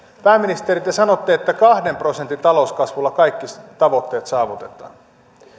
pääministeri te sanotte että kahden prosentin talouskasvulla kaikki tavoitteet saavutetaan